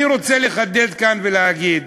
אני רוצה לחדד כאן ולהגיד